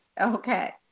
Okay